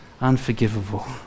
unforgivable